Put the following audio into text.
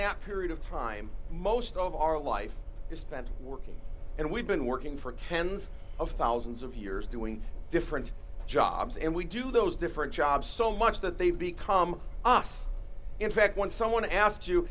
that period of time most of our life is spent working and we've been working for tens of thousands of years doing different jobs and we do those different jobs so much that they become us in fact when someone asks you